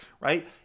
Right